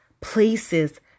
places